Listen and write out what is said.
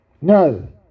No